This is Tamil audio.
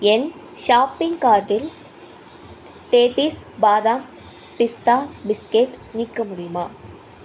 என் ஷாப்பிங் கார்ட்டில் டேஸ்டீஸ் பாதாம் பிஸ்தா பிஸ்கட்டை நீக்க முடியுமா